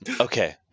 Okay